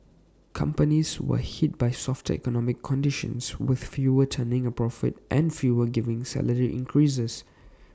companies were hit by softer economic conditions with fewer turning A profit and fewer giving salary increases